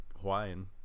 Hawaiian